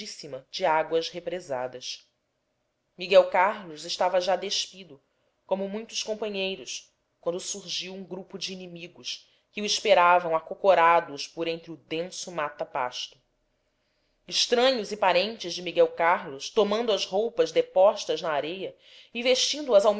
de águas represadas miguel carlos estava já despido como muitos companheiros quando surgiu um grupo de inimigos que o esperavam acocorados por entre o denso mata pasto estranhos e parentes de miguel carlos tomando as roupas depostas na areia